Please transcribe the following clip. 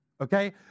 okay